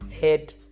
head